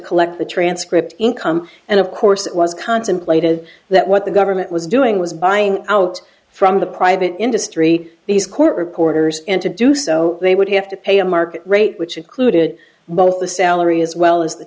collect the transcript income and of course it was contemplated that what the government was doing was buying out from the private industry these court reporters and to do so they would have to pay a market rate which included both the salary as well as the